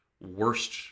worst